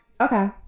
Okay